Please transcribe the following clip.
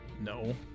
No